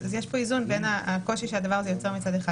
יש כאן איזון בין הקושי שהדבר הזה יוצר מצד אחד